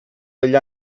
degli